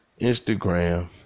Instagram